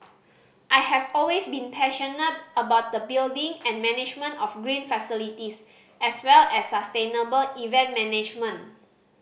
I have always been passionate about the building and management of green facilities as well as sustainable event management